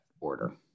order